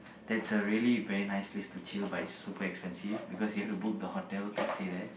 there's a really very nice place to chill but it's super expensive because you have to book the hotel to stay there